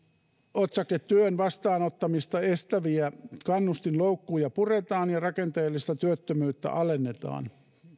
otsake työn vastaanottamista estäviä kannustinloukkuja puretaan ja rakenteellista työttömyyttä alennetaan